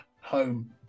home